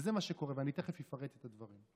וזה מה שקורה, ואני תכף אפרט את הדברים.